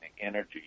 energy